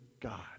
God